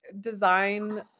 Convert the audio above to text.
design